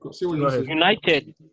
United